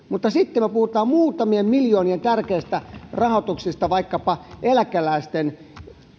mutta kun me puhumme muutamien miljoonien tärkeistä rahoituksista vaikkapa eläkeläisten